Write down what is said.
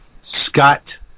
Scott